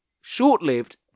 short-lived